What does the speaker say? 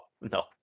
no